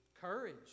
courage